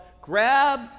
Grab